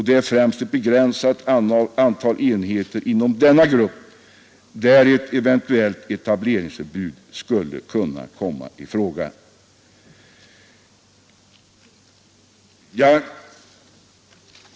Det är främst för ett begränsat antal enheter inom denna grupp som ett eventuellt etableringsförbud skulle kunna komma i fråga.